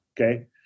Okay